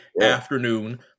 afternoon